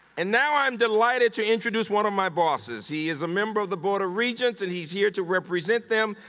and now i'm delighted to introduce one of my bosses. he is a member of the board of regents and he's here to represent them.